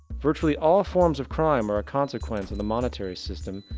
virtually all forms of crime are consequence in the monetary system,